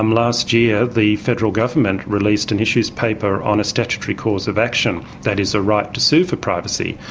um last year the federal government released an issues paper on a statutory course of action, that is, a right to sue for privacy,